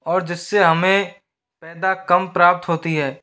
और जिससे हमें पैदा कम प्राप्त होती है